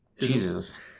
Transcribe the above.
Jesus